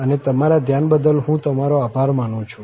અને તમારા ધ્યાન બદલ હું તમારો આભાર માનું છું